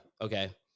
okay